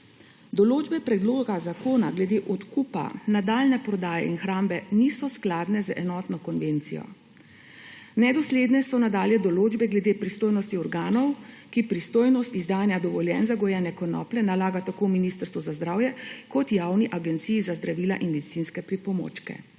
Določbe predloga zakona glede odkupa, nadaljnje prodaje in hrambe niso skladne z Enotno konvencijo, nedosledne so nadalje določbe glede pristojnosti organov, ki pristojnost izdajanja dovoljenj za gojenje konoplje nalaga tako Ministrstvu za zdravje kot Javni agenciji za zdravila in medicinske pripomočke.